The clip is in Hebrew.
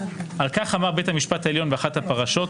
על כך אמר בית המשפט העליון באחת הפרשות,